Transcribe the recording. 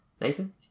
Nathan